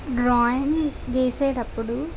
drawing గీసేటప్పుడు